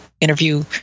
interview